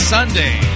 Sunday